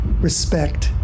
respect